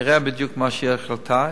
נראה בדיוק מה תהיה ההחלטה.